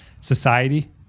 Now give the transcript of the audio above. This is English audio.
society